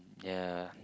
ya